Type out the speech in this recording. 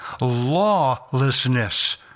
lawlessness